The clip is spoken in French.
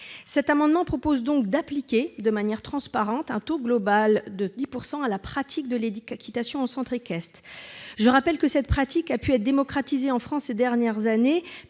Cet amendement vise donc à prévoir, de manière transparente, un taux global de 10 % pour la pratique de l'équitation en centres équestres. Je rappelle que cette pratique a pu être démocratisée en France ces dernières années